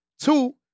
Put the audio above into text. Two